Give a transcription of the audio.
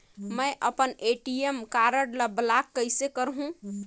मै अपन ATM card ल ब्लाक कइसे करहूं?